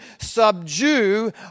subdue